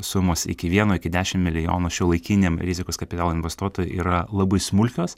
sumos iki vieno iki dešim milijonų šiuolaikiniam rizikos kapitalo investuotojui yra labai smulkios